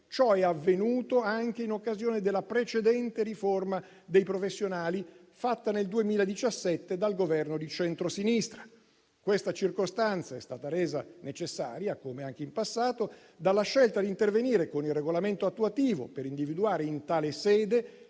ciò è avvenuto anche in occasione della precedente riforma dei professionali fatta nel 2017 dal Governo di centrosinistra. Questa circostanza è stata resa necessaria, come anche in passato, dalla scelta di intervenire con il regolamento attuativo, per individuare in tale sede